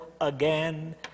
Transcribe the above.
again